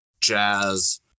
jazz